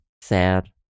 Sad